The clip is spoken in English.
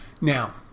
Now